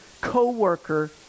co-worker